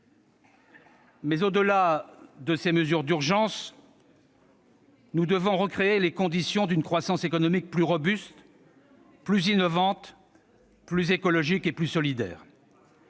Mais au-delà de ces mesures d'urgence, nous devons recréer les conditions d'une croissance économique plus robuste, plus innovante, plus écologique et plus solidaire.